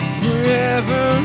forever